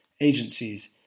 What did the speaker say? agencies